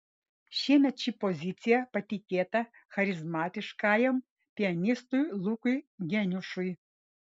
šiemet ši pozicija patikėta charizmatiškajam pianistui lukui geniušui